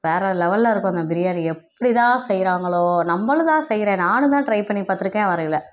வேறு லெவலில் இருக்கும் அந்த பிரியாணி எப்படிதான் செய்யிறாங்களோ நம்மளுந்தான் செய்கிறேன் நானுந்தான் ட்ரைப் பண்ணி பார்த்துருக்கேன் வரலை